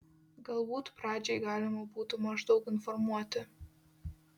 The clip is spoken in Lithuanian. galbūt pradžiai galima būtų maždaug informuoti